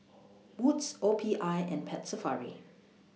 Wood's O P I and Pets Safari